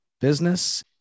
business